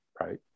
right